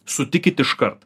sutikit iškart